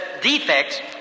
defects